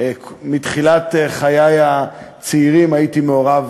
מתחילת חיי הצעירים הייתי מעורב,